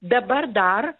dabar dar